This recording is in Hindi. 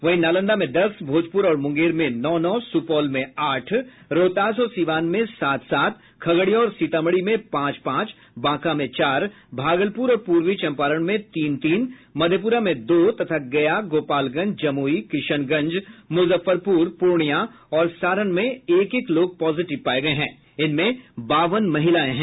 वहीं नालंदा में दस भोजपुर और मुंगर में नौ नौ सुपौल में आठ रोहतास और सीवान में सात सात खगड़िया और सीतामढ़ी में पांच पांच बांका में चार भागलपुर और पूर्वी चंपारण में तीन तीन मधेपुरा में दो तथा गया गोपालगंज जम्रई किशनगंज मुजफ्फरपुर पूर्णिया और सारण में एक एक लोग पॉजिटिव पाए गए हैं जिनमें बावन महिलाएं हैं